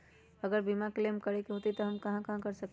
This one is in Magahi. अगर बीमा क्लेम करे के होई त हम कहा कर सकेली?